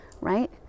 right